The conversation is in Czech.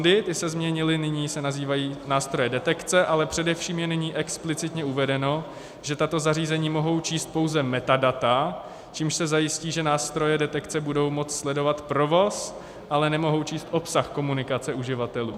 Ty se změnily, nyní se nazývají nástroje detekce, ale především je nyní explicitně uvedeno, že tato zařízení mohou číst pouze metadata, čímž se zajistí, že nástroje detekce budou moct sledovat provoz, ale nemohou číst obsah komunikace uživatelů.